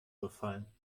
befallen